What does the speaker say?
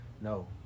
No